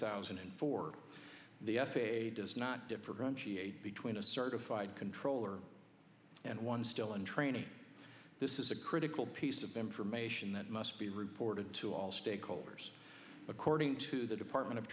thousand and four the f a a does not differentiate between a certified controller and one still in training this is a critical piece of information that must be reported to all stakeholders according to the department of